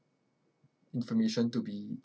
information to be in